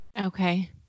Okay